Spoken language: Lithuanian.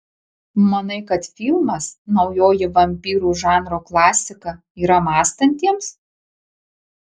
manai kad filmas naujoji vampyrų žanro klasika yra mąstantiems